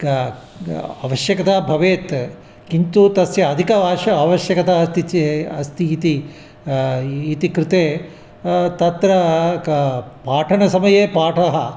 का आवश्यकता भवेत् किन्तु तस्य अधिक वा षा आवश्यकता अस्ति चेत् अस्ति इति इति कृते तत्र क पाठनसमये पाठः